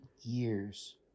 years